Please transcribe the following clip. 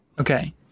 Okay